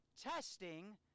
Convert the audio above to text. testing